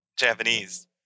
Japanese